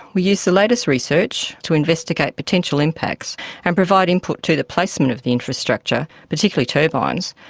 we use the latest research to investigate potential impacts and provide input to the placement of the infrastructure, particularly turbines,